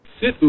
sit